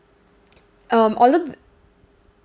um all the